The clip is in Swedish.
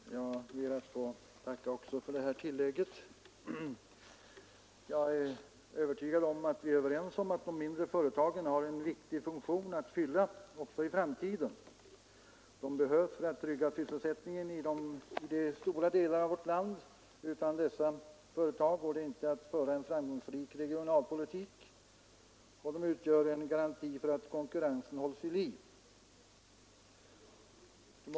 Fru talman! Jag ber att få tacka industriministern också för det här tillägget. Jag förstår att vi är överens om att de mindre företagen har en viktig funktion att fylla också i framtiden. De behövs för att trygga sysselsättningen i stora delar av vårt land. Utan dessa företag går det inte att föra en framgångsrik regionalpolitik. De utgör en garanti för att konkurrensen hålls vid liv.